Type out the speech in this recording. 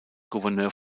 gouverneur